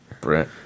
Brett